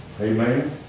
Amen